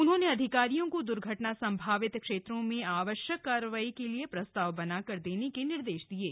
उन्होंने अधिकारियों को द्र्घटना सम्भावित क्षेत्र में आवश्यक कार्रवाई के लिए प्रस्ताव बनाकर देने के निर्देश दिये हैं